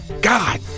God